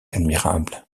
admirable